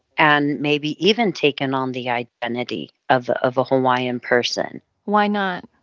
and maybe even taken on the identity of of a hawaiian person why not?